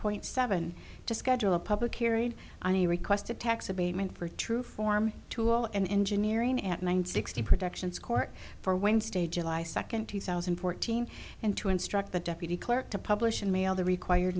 point seven to schedule a public hearing on the requested tax abatement for true form tool and engineering at nine sixty productions court for wednesday july second two thousand and fourteen and to instruct the deputy clerk to publish and mail the required